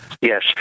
Yes